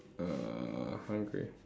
uh hungry